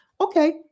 okay